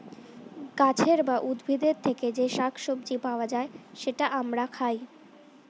গাছের বা উদ্ভিদের থেকে যে শাক সবজি পাওয়া যায়, সেটা আমরা খাই